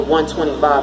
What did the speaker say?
$125